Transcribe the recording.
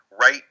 right